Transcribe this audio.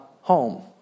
home